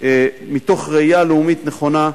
מתוך ראייה לאומית נכונה,